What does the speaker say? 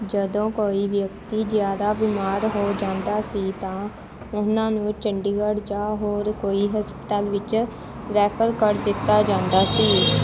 ਜਦੋਂ ਕੋਈ ਵਿਅਕਤੀ ਜ਼ਿਆਦਾ ਬਿਮਾਰ ਹੋ ਜਾਂਦਾ ਸੀ ਤਾਂ ਉਹਨਾਂ ਨੂੰ ਚੰਡੀਗੜ੍ਹ ਜਾਂ ਹੋਰ ਕੋਈ ਹਸਪਤਾਲ ਵਿੱਚ ਰੈਫਰ ਕਰ ਦਿੱਤਾ ਜਾਂਦਾ ਸੀ